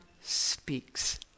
speaks